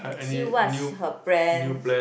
see what's her plan